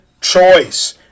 choice